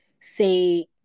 say